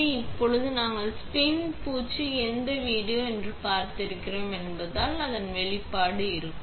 எனவே இப்போது நாங்கள் ஸ்பின் பூச்சு எந்த வீடியோ பார்த்திருக்கிறேன் என்பதால் அடுத்த படி வெளிப்பாடு இருக்கும்